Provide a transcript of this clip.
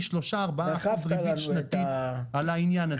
שלושה ארבעה אחוז ריבית שנתית על הענין הזה.